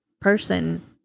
person